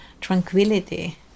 tranquility